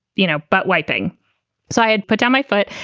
you know. but weiping so i had put down my foot.